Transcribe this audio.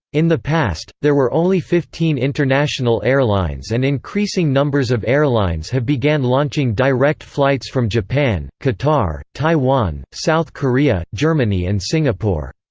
in the past, there were only fifteen international airlines and increasing numbers of airlines have began launching direct flights from japan, qatar, taiwan, south korea, germany and singapore.